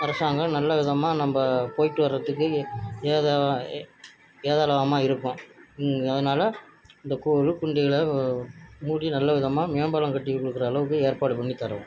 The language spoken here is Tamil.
அரசாங்கம் நல்லவிதமாக நம்ம போய்ட்டு வர்றதுக்கு ஏதுவாக ஏதாலமா இருக்கும் அதனால மூடி நல்ல விதமாக மேம்பாலம் கட்டி கொடுக்குற அளவுக்கு ஏற்பாடு பண்ணித் தரவும்